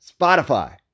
Spotify